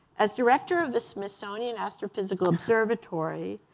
as director of the smithsonian astrophysical observatory,